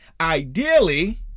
ideally